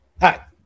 Hi